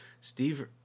Steve